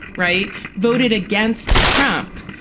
right. voted against trump,